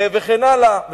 וכן הלאה.